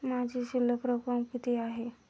माझी शिल्लक रक्कम किती आहे?